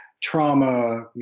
trauma